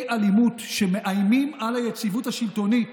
אלימות שמאיימים על היציבות השלטונית